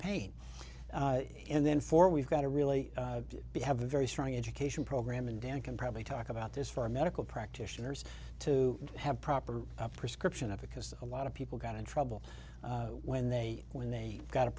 pain and then for we've got to really be have a very strong education program and dan can probably talk about this for medical practitioners to have proper prescription of because a lot of people got in trouble when they when they got a